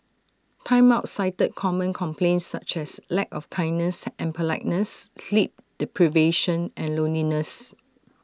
Time Out cited common complaints such as lack of kindness and politeness sleep deprivation and loneliness